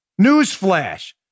Newsflash